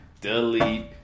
delete